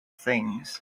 things